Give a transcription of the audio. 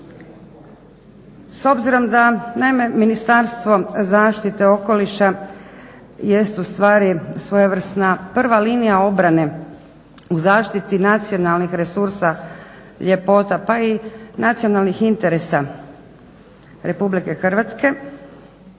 S obzirom, naime Ministarstvo zaštite okoliša jest u stvari svojevrsna prva linija obrane u zaštiti nacionalnih resursa, ljepota, pa i nacionalnih interesa Republike Hrvatske.